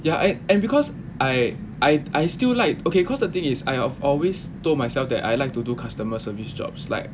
yeah and and because I I I still like okay cause the thing is I have always told myself that I like to do customer service jobs like